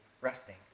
resting